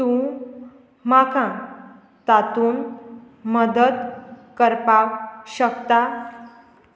तूं म्हाका तातूंत मदत करपाक शकता